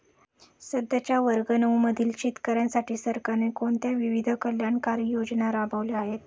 सध्याच्या वर्ग नऊ मधील शेतकऱ्यांसाठी सरकारने कोणत्या विविध कल्याणकारी योजना राबवल्या आहेत?